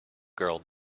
girl